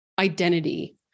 identity